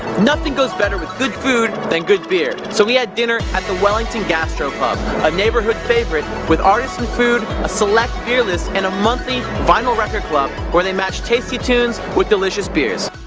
nothing goes better with good food than good beer so we had dinner at the wellington gastropub, a neighbourhood favourite with artisan food, a select beer list, and a monthly vinyl record club where they match tasty tunes with delicious beers.